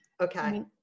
Okay